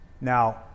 Now